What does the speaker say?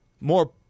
more